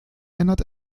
ändert